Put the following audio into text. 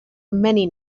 many